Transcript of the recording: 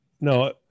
no